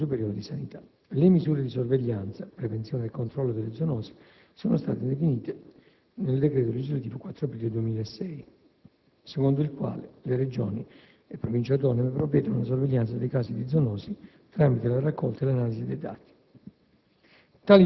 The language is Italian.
Le misure di sorveglianza, prevenzione e controllo delle zoonosi sono state definite nel decreto legislativo 4 aprile 2006, n. 191, secondo il quale le Regioni e le Province autonome provvedono alla sorveglianza dei casi di zoonosi tramite la raccolta e l'analisi dei dati.